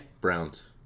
Browns